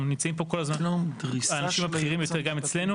גם נמצאים פה כל הזמן האנשים הבכירים ביותר גם אצלנו.